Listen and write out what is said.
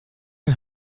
den